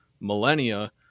millennia